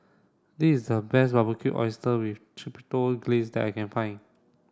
this is the best Barbecued Oyster with Chipotle Glaze that I can find